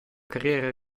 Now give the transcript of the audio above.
carriera